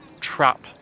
trap